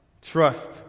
trust